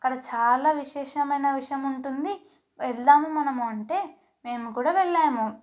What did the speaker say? అక్కడ చాలా విశేషమైన విషయం ఉంటుంది వెళదాము మనము అంటే మేము కూడా వెళ్ళాము